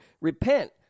Repent